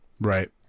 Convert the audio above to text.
Right